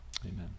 Amen